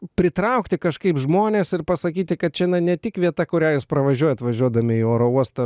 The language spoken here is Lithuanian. pritraukti kažkaip žmones ir pasakyti kad čia na ne tik vieta kurią jūs pravažiuojat važiuodami į oro uostą